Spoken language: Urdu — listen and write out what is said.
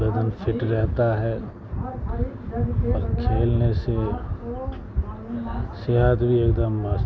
بدن فٹ رہتا ہے اور کھیلنے سے صحت بھی ایک دم مست